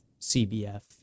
CBF